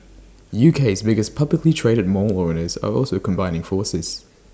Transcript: UK's biggest publicly traded mall owners are also combining forces